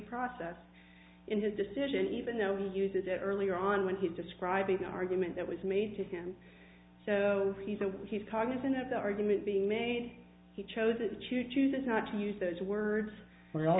process in his decision even though he uses it earlier on when he's describing an argument that was made to him so he's cognizant of the argument being made he choses to chooses not to use those words were al